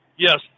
Yes